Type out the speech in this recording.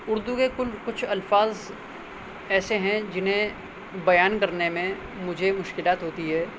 اردو کے کچھ الفاظ ایسے ہیں جنہیں بیان کرنے میں مجھے مشکلات ہوتی ہے